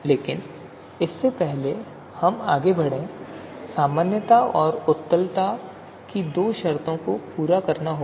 लेकिन इससे पहले कि हम आगे बढ़ें सामान्यता और उत्तलता की दो शर्तों को पूरा करना होगा